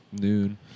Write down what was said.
noon